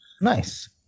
nice